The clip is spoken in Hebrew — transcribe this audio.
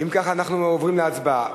כך אנחנו עוברים להצבעה.